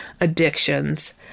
addictions